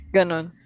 Ganon